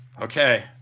okay